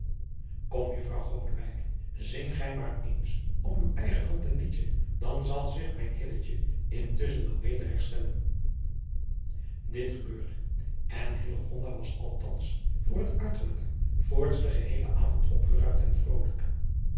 kom juffrouw godewijk zing gij maar eens op uw eigen hand een liedje dan zal zich mijn hilletje intuschen wel weder herstellen dit gebeurde en hillegonda was althans voor het uiterlijke adriaan loosjes pzn het leven van hillegonda buisman voorts den geheelen avond opgeruimd en vrolijk